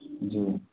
जी